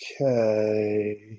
Okay